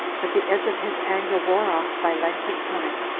but the edge of his anger wore off by length of time,